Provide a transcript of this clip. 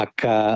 Aka